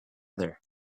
other